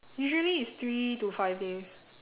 usually it's three to five days